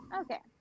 Okay